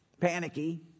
Panicky